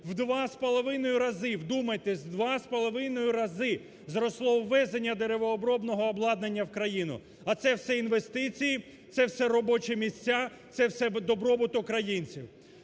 В 2,5 рази – вдумайтесь, в 2,5 рази! – зросло ввезення деревообробного обладнання в країну. А це все інвестиції, це все робочі місця, це все добробут українців.